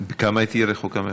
בכמה היא תהיה רחוקה מהחוף?